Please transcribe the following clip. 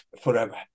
forever